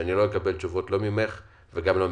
שאני לא אקבל תשובה ממך ומנטע,